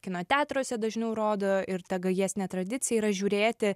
kino teatruose dažniau rodo ir gajesnė tradicija yra žiūrėti